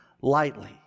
lightly